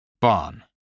barn